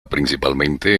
principalmente